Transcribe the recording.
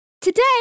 Today